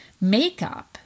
makeup